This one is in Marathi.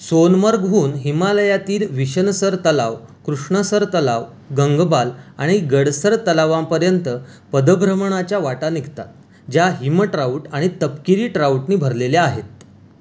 सोनमर्गहून हिमालयातील विषनसर तलाव कृष्णसर तलाव गंगबाल आणि गडसर तलावांपर्यंत पदभ्रमणाच्या वाटा निघतात ज्या हिमट्राउट आणि तपकिरी ट्राउटनी भरलेल्या आहेत